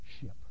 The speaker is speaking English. ship